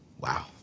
Wow